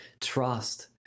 Trust